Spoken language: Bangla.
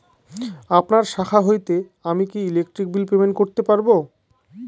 আপনার শাখা হইতে আমি কি ইলেকট্রিক বিল পেমেন্ট করতে পারব?